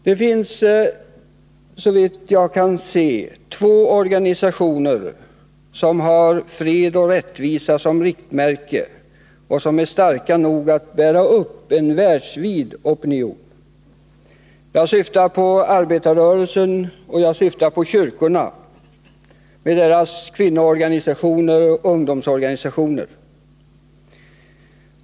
Det finns, såvitt jag kan se, två organisationer som har fred och rättvisa som riktmärke och som är starka nog att bära upp en världsvid opinion. Jag syftar på arbetarrörelsen och på kyrkorna, deras kvinnoorganisationer och ungdomsorganisationer.